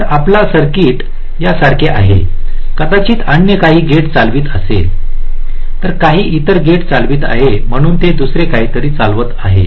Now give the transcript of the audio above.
तर आपला सर्किट यासारखा आहे कदाचित अन्य काही गेट चालवित असेल तर काही इतर गेट चालवित आहे म्हणून ते दुसरे काहीतरी चालवत असेल